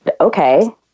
okay